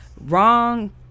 wrong